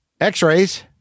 x-rays